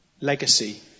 legacy